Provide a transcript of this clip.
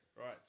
right